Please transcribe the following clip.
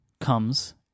comes